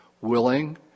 willing